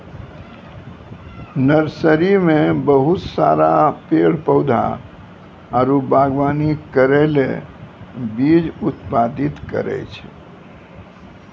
nursery मे बहुत सारा पेड़ पौधा आरु वागवानी करै ले बीज उत्पादित करै छै